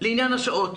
לעניין השעות,